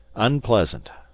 unpleasant,